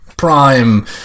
Prime